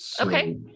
okay